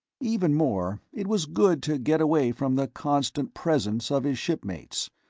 even more, it was good to get away from the constant presence of his shipmates.